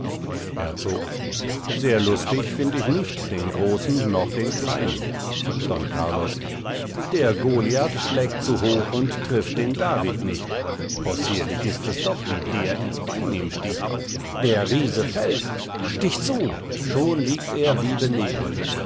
herzog sehr lustig find ich nicht den großen noch den kleinen don carlos der goliath schlägt zu hoch und trifft den david nicht possierlich ist es doch wie der ins bein ihm sticht der riese fällt stich zu schon liegt er wie benebelt